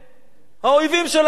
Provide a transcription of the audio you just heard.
האויבים שלנו בונים.